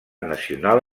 nacional